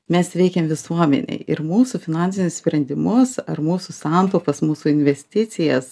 mes veikiam visuomenėj ir mūsų finansinius sprendimus ar mūsų santaupas mūsų investicijas